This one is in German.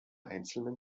einzelnen